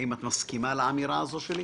האם את מסכימה לאמירה הזאת שלי?